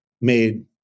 made